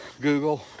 Google